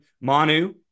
Manu